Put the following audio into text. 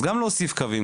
אז גם להוסיף קווים,